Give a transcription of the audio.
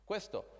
Questo